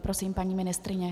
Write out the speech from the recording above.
Prosím, paní ministryně.